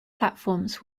platforms